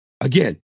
again